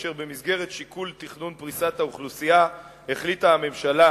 אשר במסגרת שיקול תכנון פריסת האוכלוסייה החליטה הממשלה